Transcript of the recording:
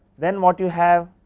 then what you have,